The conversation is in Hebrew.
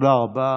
תודה רבה.